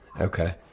Okay